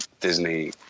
Disney